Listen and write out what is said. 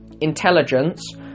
intelligence